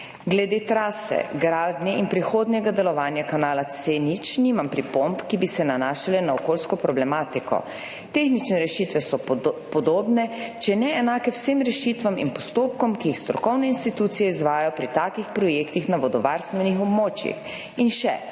»Glede trase, gradnje in prihodnjega delovanja kanala C0 nimam pripomb, ki bi se nanašale na okolijsko problematiko. Tehnične rešitve so podobne, če ne enake vsem rešitvam in postopkom, ki jih strokovne institucije izvajajo pri takih projektih na vodovarstvenih območjih. In še,